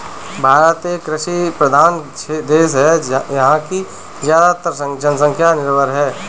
भारत एक कृषि प्रधान देश है यहाँ की ज़्यादातर जनसंख्या निर्भर है